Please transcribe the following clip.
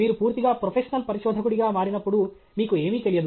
మీరు పూర్తిగా ప్రొఫెషనల్ పరిశోధకుడిగా మారినప్పుడు మీకు ఏమీ తెలియదు